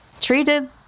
treated